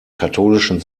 katholischen